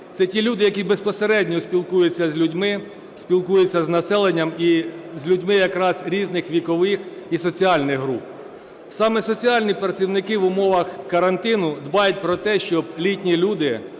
Це ті люди, які безпосередньо спілкуються з людьми, спілкуються з населенням і з людьми якраз різних вікових і соціальних груп. Саме соціальні працівники в умовах карантину дбають про те, щоб літні люди,